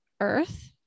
earth